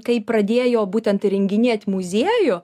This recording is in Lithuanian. kai pradėjo būtent įrenginėt muziejų